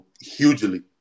hugely